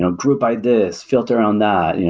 ah group by this, filter on that,